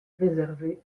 réservé